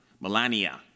Melania